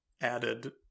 added